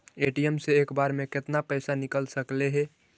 ATM से एक बार मे केतना पैसा निकल सकले हे?